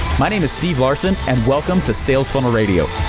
my name is steve larsen, and welcome to sales funnel radio.